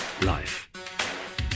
Life